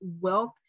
wealth